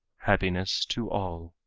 happiness to all.